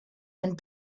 and